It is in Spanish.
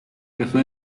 casó